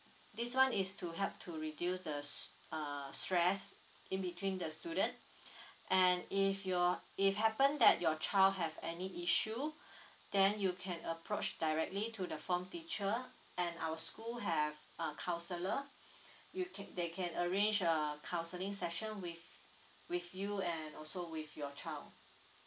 this one is to help to reduce the s~ uh stress in between the student and if your if happen that your child have any issue then you can approach directly to the form teacher and our school have uh counselor you can they can arrange a counseling session with with you and also with your child